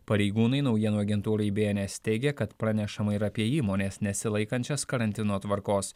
pareigūnai naujienų agentūrai bns teigė kad pranešama ir apie įmones nesilaikančias karantino tvarkos